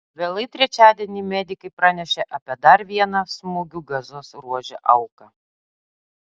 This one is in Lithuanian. vėlai trečiadienį medikai pranešė apie dar vieną smūgių gazos ruože auką